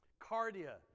Cardia